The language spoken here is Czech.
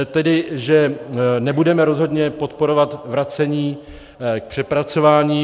Tedy nebudeme rozhodně podporovat vracení k přepracování.